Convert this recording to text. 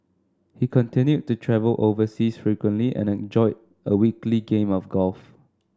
he continued to travel overseas frequently and enjoyed a weekly game of golf